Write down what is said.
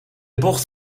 bocht